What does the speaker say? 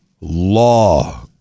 law